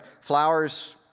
Flowers